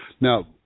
Now